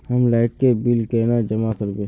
हम लाइट के बिल केना जमा करबे?